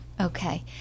Okay